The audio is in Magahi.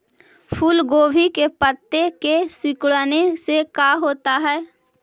फूल गोभी के पत्ते के सिकुड़ने से का होता है?